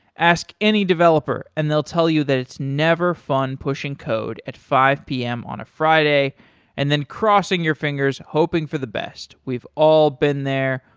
ask any developer and they'll tell you that it's never fun pushing code at five p m. on a friday and then crossing your fingers hoping for the best. we've all been there.